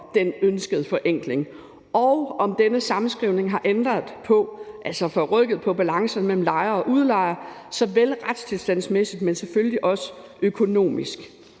den ønskede forenkling, og om denne sammenskrivning har ændret på – altså forrykket balancen mellem lejer og udlejer – såvel det retstilstandsmæssige, men selvfølgelig også det økonomiske.